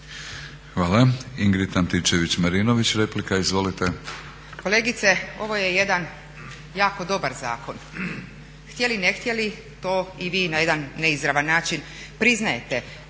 izvolite. **Antičević Marinović, Ingrid (SDP)** Kolegice, ovo je jedan jako dobar zakon. Htjeli-ne htjeli, to i vi na jedan neizravan način priznajete.